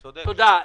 תודה.